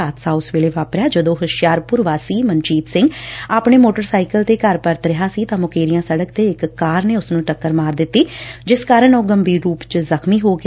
ਹਾਦਸਾ ਉਸ ਵੇਲੇ ਵਾਪਰਿਆ ਜਦੋਂ ਹੁਸ਼ਿਆਰਪੁਰ ਵਾਸੀ ਮਨਜੀਤ ਸਿੰਘ ਆਪਣੇ ਮੋਟਰ ਸਾਇਕਲ ਤੇ ਘਰ ਪਰਤ ਰਿਹਾ ਸੀ ਤਾਂ ਮੁਕੇਰੀਆ ਸਤਕ ਤੇ ਇਕ ਕਾਰ ਨੇ ਉਸ ਨੂੰ ਟੱਕਰ ਮਾਰ ਦਿੱਤੀ ਜਿਸ ਕਾਰਨ ਉਹ ਗੰਭੀਰ ਰੁਪ ਵਿਚ ਜਖ਼ਮੀ ਹੋ ਗਿਆ